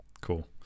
Cool